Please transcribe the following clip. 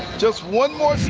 just one more